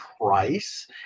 price